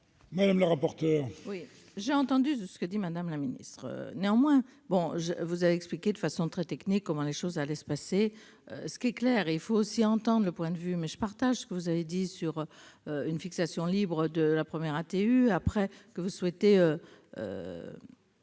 Mme la rapporteur.